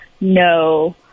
No